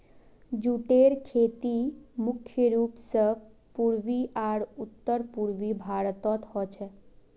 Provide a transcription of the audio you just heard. जूटेर खेती मुख्य रूप स पूर्वी आर उत्तर पूर्वी भारतत ह छेक